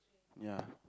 ya